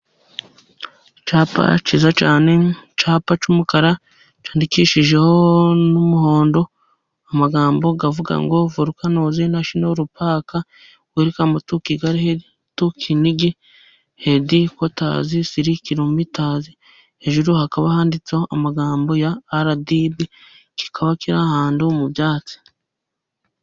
Icyapa cyiza cyane. Icyapa cy'umukara cyandikishijweho n'umuhondo, amagambo avuga ngo vorukano nashyonoru pake, werikamu tu Kigali tu kinigi hedikotazi pop siri kirometazi, hejuru hakaba handitseho amagambo ya RDB kikaba kiri ahantu mu byatsi.